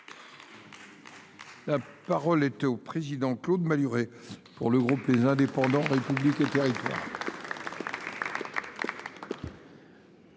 La parole est à M. Claude Malhuret, pour le groupe Les Indépendants – République et Territoires.